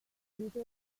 tecniche